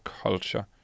culture